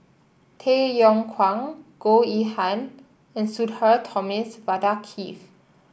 Tay Yong Kwang Goh Yihan and Sudhir Thomas Vadaketh